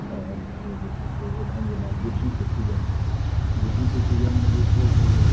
आओर ओ जे छै से एखन जेना गेहूँके सीजन छल गेहूँके सीजनमे जे छै से